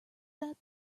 that